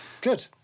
good